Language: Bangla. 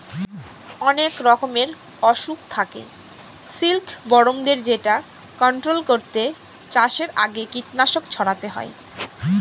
অনেক রকমের অসুখ থাকে সিল্কবরমদের যেটা কন্ট্রোল করতে চাষের আগে কীটনাশক ছড়াতে হয়